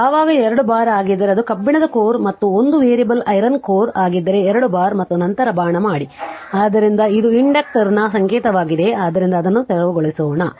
ಯಾವಾಗ 2 ಬಾರ್ ಆಗಿದ್ದರೆ ಅದು ಕಬ್ಬಿಣದ ಕೋರ್ ಮತ್ತು ಅದು ವೇರಿಯಬಲ್ ಐರನ್ ಕೋರ್ ಆಗಿದ್ದರೆ 2 ಬಾರ್ ಮತ್ತು ನಂತರ ಬಾಣ ಮಾಡಿ ಆದ್ದರಿಂದ ಇದು ಇಂಡಕ್ಟರ್ನ ಸಂಕೇತವಾಗಿದೆ ಆದ್ದರಿಂದ ಅದನ್ನು ತೆರವುಗೊಳಿಸೋಣ